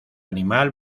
animal